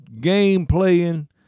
game-playing